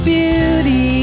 beauty